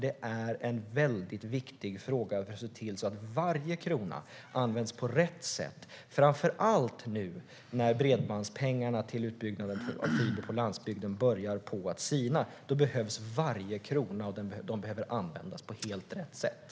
Det är en väldigt viktig fråga för att se till att varje krona används på rätt sätt. Det gäller framför allt nu när bredbandspengarna för utbyggnaden av fiber på landsbygden börjar på att sina. Då behövs varje krona, och de pengarna behöver användas på helt rätt sätt.